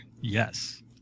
Yes